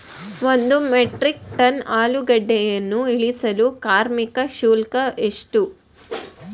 ಒಂದು metric ton ಆಲೂಗೆಡ್ಡೆಯನ್ನು ಇಳಿಸಲು ಕಾರ್ಮಿಕ ಶುಲ್ಕ ಎಷ್ಟು?